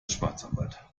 schwarzarbeit